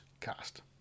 Cast